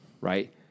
right